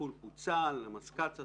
הטיפול פוצל, המזכ"ץ עשה,